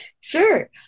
Sure